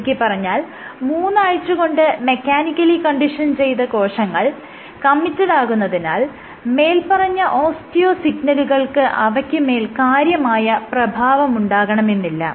ചുരുക്കിപ്പറഞ്ഞാൽ മൂന്നാഴ്ച കൊണ്ട് മെക്കാനിക്കലി കണ്ടീഷൻ ചെയ്ത കോശങ്ങൾ കമ്മിറ്റഡാകുന്നതിനാൽ മേല്പറഞ്ഞ ഓസ്റ്റിയോ സിഗ്നലുകൾക്ക് അവയ്ക്കുമേൽ കാര്യമായ പ്രഭാവമുണ്ടാകണമെന്നില്ല